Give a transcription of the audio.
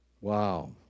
Wow